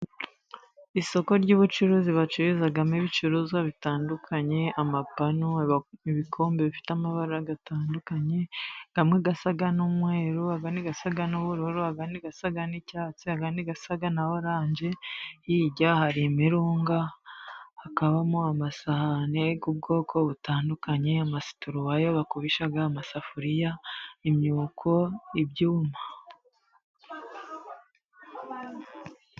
Isoko ry'ubucuruzi bacururizamo ibicuruzwa bitandukanye, amapanu, ibikombe bifite amabara atandukanye, amwe asa n'umweru, andi asa n'ubururu, andi asa n'icyatsi, andi asa na oranje. Hirya hari imirunga, hakabamo amasahane y'ubwoko butandukanye, amasituruwaya bakubisha amasafuriya, imyuko, ibyuma.